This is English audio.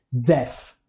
death